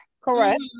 Correct